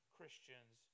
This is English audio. Christians